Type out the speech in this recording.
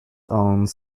owns